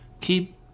Keep